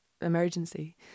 emergency